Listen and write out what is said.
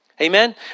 Amen